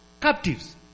captives